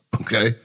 okay